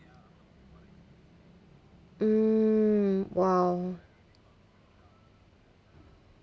mm !wow!